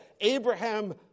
Abraham